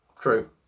true